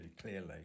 clearly